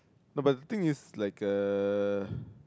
no but the thing is like a